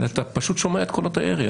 אתה פשוט שומע את קולות הירי.